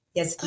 Yes